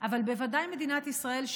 אבל בוודאי מדינת ישראל,